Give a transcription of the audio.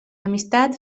amistat